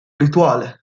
rituale